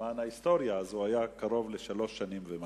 למען ההיסטוריה, הוא היה קרוב לשלוש שנים ומשהו.